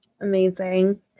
Amazing